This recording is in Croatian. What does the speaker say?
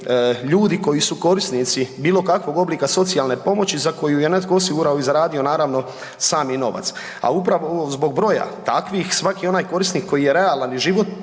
ljudi koji su korisnici bilo kakvog oblika socijalne pomoći za koju je netko osigurao i zaradio naravno sami novac. A upravo zbog broja takvih svaki onaj korisnik koji je realan i životno